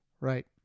Right